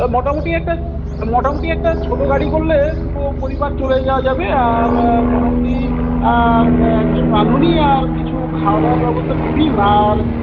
মোটামোটি একটা মোটামোটি একটা ছোট গাড়ি করলে দুটো পরিবার চলে যাওয়া যাবে আর মোটামোটি আর একজন রাঁধুনি আর কিছু খাওয়া দাওয়ার ব্যবস্থা টিফিন আর